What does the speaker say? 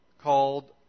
called